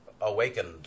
awakened